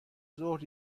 ظهر